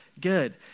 good